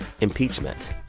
impeachment